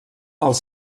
els